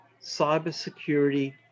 cybersecurity